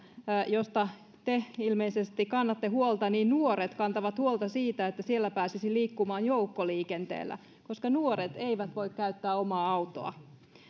joista te ilmeisesti kannatte huolta nuoret kantavat huolta siitä että siellä pääsisi liikkumaan joukkoliikenteellä koska nuoret eivät voi käyttää omaa autoa